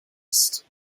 ist